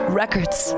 records